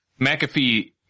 McAfee